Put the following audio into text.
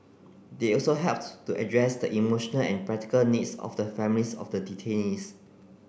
they also helped to address the emotional and practical needs of the families of the detainees